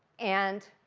and,